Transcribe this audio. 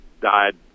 died